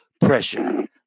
pressure